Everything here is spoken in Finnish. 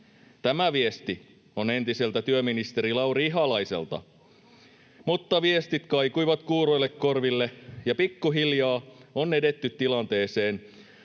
Tämä viesti on entiseltä työministeriltä Lauri Ihalaiselta. Mutta viestit kaikuivat kuuroille korville, ja pikkuhiljaa on edetty tilanteeseen,